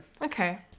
Okay